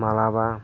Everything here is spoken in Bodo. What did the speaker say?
माब्लाबा